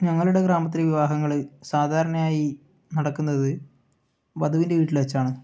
ഞങ്ങളുടെ ഗ്രാമത്തിലെ വിവാഹങ്ങൾ സാധാരണയായി നടക്കുന്നത് വധുവിൻ്റെ വീട്ടിൽ വെച്ചാണ്